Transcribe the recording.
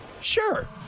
Sure